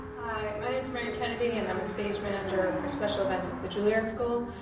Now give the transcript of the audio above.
hi. my name is marian kennedy and i'm a stage manager for special events at the juilliard school.